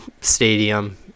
stadium